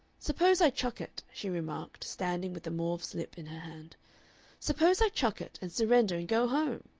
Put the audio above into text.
suppose i chuck it, she remarked, standing with the mauve slip in her hand suppose i chuck it, and surrender and go home!